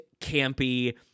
campy